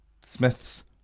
Smiths